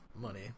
money